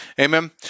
Amen